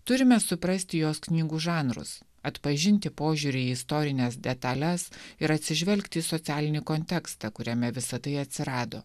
turime suprasti jos knygų žanrus atpažinti požiūrį į istorines detales ir atsižvelgti į socialinį kontekstą kuriame visa tai atsirado